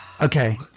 Okay